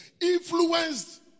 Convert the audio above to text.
influenced